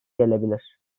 gelebilir